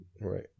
right